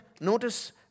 notice